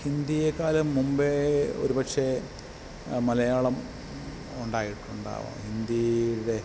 ഹിന്ദിയെക്കാലും മുമ്പേ ഒരു പക്ഷേ മലയാളം ഉണ്ടായിട്ടുണ്ടാവാം ഹിന്ദീടെ